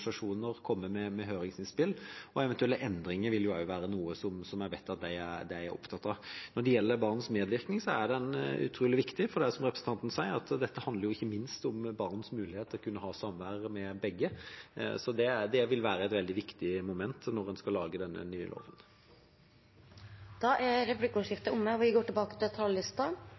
med høringsinnspill. Eventuelle endringer er også noe som jeg vet at de er opptatt av. Når det gjelder barns medvirkning, er det utrolig viktig, for dette handler, som representanten sier, ikke minst om barns mulighet til å kunne ha samvær med begge, så det vil være et veldig viktig moment når en skal lage denne nye loven. Replikkordskiftet er omme. De talere som heretter får ordet, har også en taletid på inntil 3 minutter. Jeg har lyst til